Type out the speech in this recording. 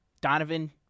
Donovan